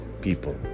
people